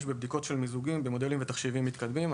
בבדיקות של מיזוגים במודלים ותחשיבים מתקדמים.